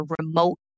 remote